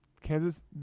Kansas